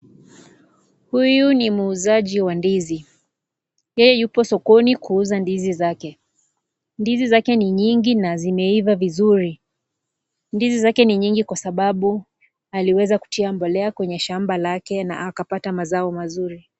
Huyu ni muuzaji wa ndizi, yeye yupo sokoni kuuza ndizi zake, ndizi zake ni nyingi na zimeiva vizuri, ndizi zake ni nyingi kwa sababu aliweza kutia mbolea kwenye shamba lake na akapata mazao mazuri.